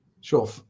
Sure